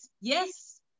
yes